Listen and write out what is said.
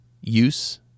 use